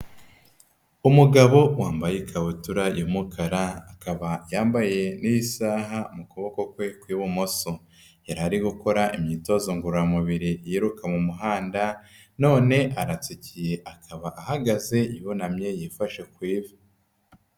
Umugabo wambaye ikabutura y'umukara akaba yambaye n'isaha mu kuboko kwe kw'ibumoso. Yari ari gukora imyitozo ngororamubiri yiruka mu muhanda, none aratsikiye akaba ahagaze yunamye yifashe ku ivi.